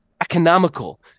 economical